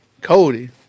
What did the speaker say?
Cody